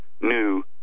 new